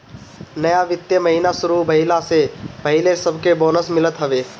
नया वित्तीय महिना शुरू भईला से पहिले सबके बोनस मिलत हवे